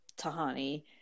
Tahani